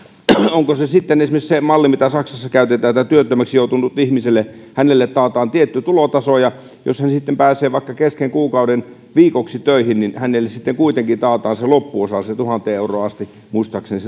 onko sellainen esimerkiksi se malli mitä saksassa käytetään siellä työttömäksi joutuneelle ihmiselle taataan tietty tulotaso ja jos hän sitten pääsee vaikka kesken kuukauden viikoksi töihin niin hänelle kuitenkin taataan se loppuosa tuhanteen euroon asti muistaakseni